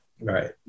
Right